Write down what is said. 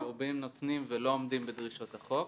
הצהובים נותנים ולא עומדים בדרישות החוק.